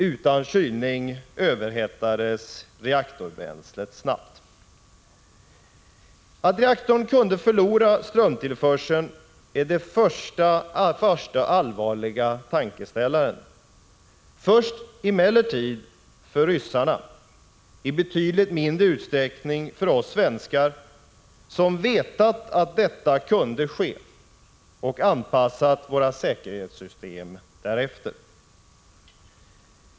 Utan kylning överhettades reaktorbränslet snabbt. Att reaktorn kunde förlora strömtillförseln är den första allvarliga tankeställaren, först och främst för ryssarna och i betydligt mindre grad för oss svenskar, som vetat att detta kunde ske och anpassat våra säkerhetssystem därefter.